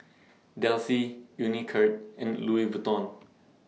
Delsey Unicurd and Louis Vuitton